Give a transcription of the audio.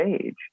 age